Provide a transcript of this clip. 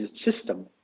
system